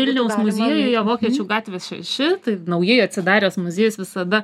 vilniaus muziejuje vokiečių gatvės šeši tai naujai atsidaręs muziejus visada